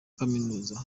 kaminuza